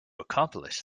accomplish